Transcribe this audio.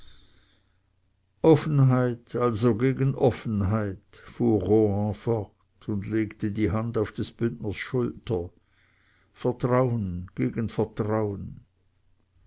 offenheit also gegen offenheit fuhr rohan fort und legte die hand auf des bündners schulter vertrauen gegen vertrauen